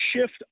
shift